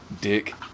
dick